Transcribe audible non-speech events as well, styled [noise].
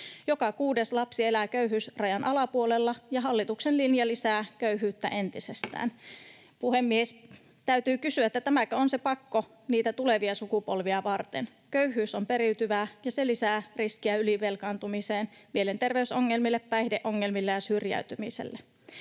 Joka kuudes lapsi elää köyhyysrajan alapuolella, ja hallituksen linja lisää köyhyyttä entisestään. [noise] Täytyy kysyä: tämäkö on se pakko niitä tulevia sukupolvia varten? Köyhyys on periytyvää, ja se lisää riskiä ylivelkaantumiselle, mielenterveysongelmille, päihdeongelmille ja syrjäytymiselle.